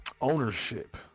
ownership